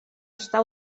està